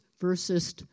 versus